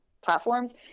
platforms